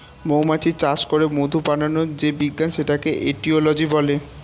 মৌমাছি চাষ করে মধু বানানোর যে বিজ্ঞান সেটাকে এটিওলজি বলে